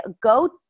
go